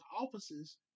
offices